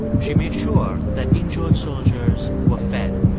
she made sure that injured soldiers were fed.